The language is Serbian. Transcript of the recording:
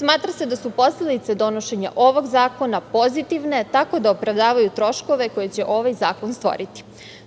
smatra se da su posledice donošenja ovog zakona pozitivne tako da opravdavaju troškove koji će ovaj zakon stvoriti.S